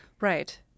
Right